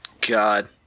God